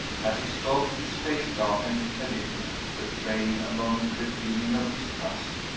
as he spoke, his face darkened a little, betraying a momentary feeling of distrust.